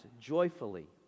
joyfully